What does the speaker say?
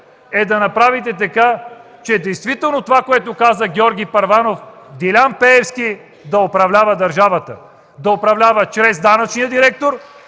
което направихте Вие е действително така, както каза Георги Първанов – Делян Пеевски да управлява държавата, да управлява чрез Данъчния директор,